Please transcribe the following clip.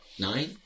Nine